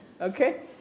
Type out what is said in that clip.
Okay